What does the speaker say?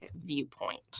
viewpoint